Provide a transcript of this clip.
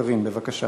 קארין, בבקשה.